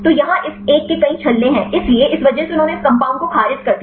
तो यहाँ इस एक के कई छल्ले हैं इसलिए इस वजह से उन्होंने इस कंपाउंड को खारिज कर दिया